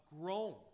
grown